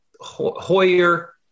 Hoyer